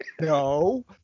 No